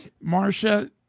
Marcia